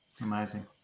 amazing